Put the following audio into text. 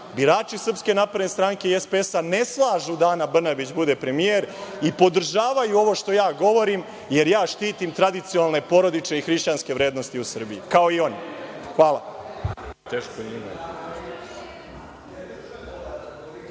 birači, birači SNS-a i SPS-a, ne slažu da Ana Brnabić bude premijer i podržavaju ovo što ja govorim jer ja štitim tradicionalne porodične i hrišćanske vrednosti u Srbiji, kao i oni. Hvala.